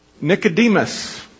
Nicodemus